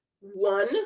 one